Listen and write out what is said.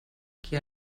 qui